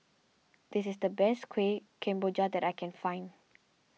this is the best Kueh Kemboja that I can find